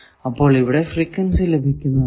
അപ്പോൾ ഇവിടെ ഫ്രീക്വൻസി ലഭിക്കുന്നതാണ്